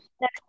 next